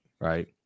right